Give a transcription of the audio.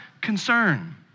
concern